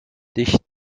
dich